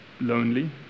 lonely